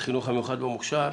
החינוך המיוחד והמוכש"ר,